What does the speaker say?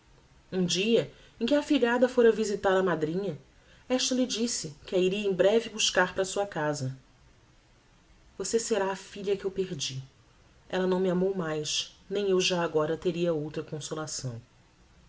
um dia em que a afilhada fora visitar a madrinha esta lhe disse que a iria em breve buscar para sua casa você será a filha que eu perdi elle não me amou mais nem eu já agora teria outra consolação